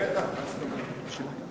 בטח, מה זאת אומרת.